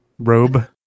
robe